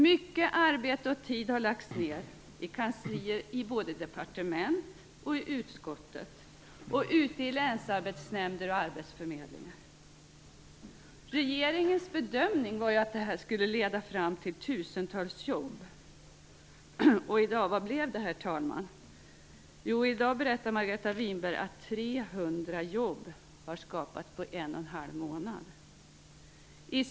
Mycket arbete och tid har lagts ned i kanslier i både departement och utskott, ute i länsarbetsnämnder och på arbetsförmedlingar. Regeringens bedömning var ju att det här skulle leda fram till tusentals jobb, och vad blev det, herr talman? Jo, i dag berättar Margareta Winberg att 300 jobb har skapats på 11⁄2 månad.